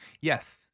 Yes